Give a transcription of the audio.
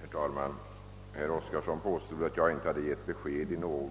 Herr talman! Herr Oskarson påstod att jag inte hade givit besked beträffande någon